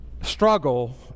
Struggle